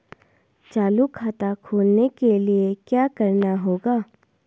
चालू खाता खोलने के लिए क्या करना होगा?